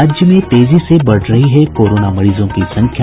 और राज्य में तेजी से बढ़ रही है कोरोना मरीजों की संख्या